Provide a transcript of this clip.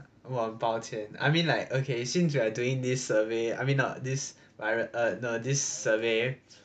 我很抱歉 I mean like okay since we are doing this survey I mean not this err the this survey